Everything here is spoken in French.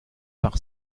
par